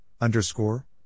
underscore